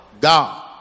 God